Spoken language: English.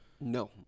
No